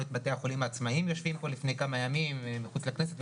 את בתי החולים העצמאיים יושבים פה לפני כמה ימים מחוץ למשכן